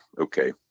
okay